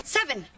Seven